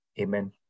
Amen